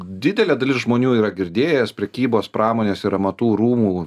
didelė dalis žmonių yra girdėję prekybos pramonės ir amatų rūmų